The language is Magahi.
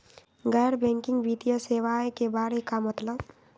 गैर बैंकिंग वित्तीय सेवाए के बारे का मतलब?